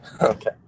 Okay